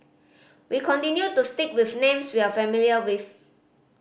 we continue to stick with names we are familiar with